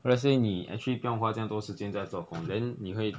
let's say 你 actually 不用花这样多时间在做工 then 你会